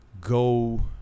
go